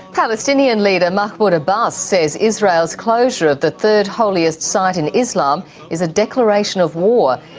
palestinian leader mahmud abbas says israel's closure of the third holiest site in islam is a declaration of war.